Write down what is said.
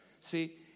See